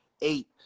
eight